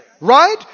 Right